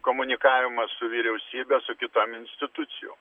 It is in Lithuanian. komunikavimą su vyriausybe su kitom institucijom